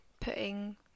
putting